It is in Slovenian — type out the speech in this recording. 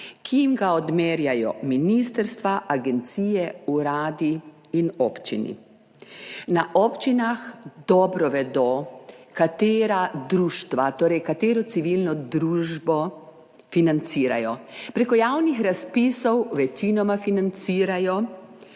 jim ga odmerjajo ministrstva, agencije, uradi in občini. Na občinah dobro vedo katera društva, torej, katero civilno družbo financirajo. Preko javnih razpisov večinoma financirajo